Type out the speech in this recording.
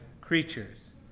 creatures